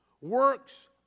works